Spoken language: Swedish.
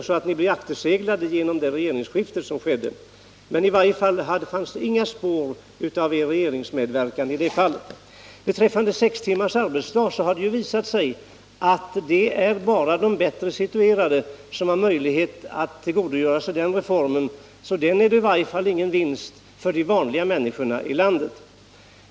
Skulle det ha skett under valåret 1979, så att ni sedan kunde bli akterseglade genom det regeringsskifte som skulle komma? Reformen sex timmars arbetsdag för småbarnsföräldrar är det bara de bättre situerade som har möjlighet att tillgodogöra sig. Den är ingen vinst för de vanliga människorna i landet.